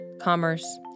commerce